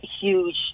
huge